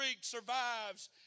survives